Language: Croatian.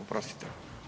Oprostite.